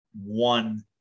one